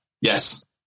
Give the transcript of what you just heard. Yes